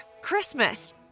Christmas